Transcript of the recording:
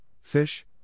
fish